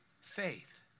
faith